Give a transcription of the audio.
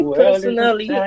personally